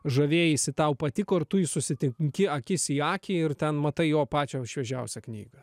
žavėjaisi tau patiko ir tu jį susitinki akis į akį ir ten matai jo pačią šviežiausią knygą